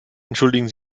entschuldigen